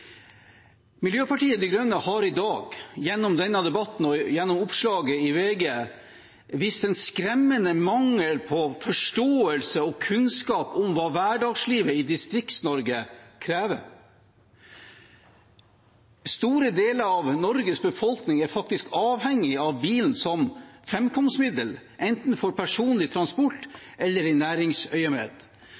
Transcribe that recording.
Miljøpartiet De Grønne har i dag, gjennom denne debatten og gjennom oppslaget i VG, vist en skremmende mangel på forståelse for og kunnskap om hva hverdagslivet i Distrikts-Norge krever. Store deler av Norges befolkning er faktisk avhengige av bilen som framkomstmiddel, enten for personlig transport eller i næringsøyemed.